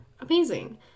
amazing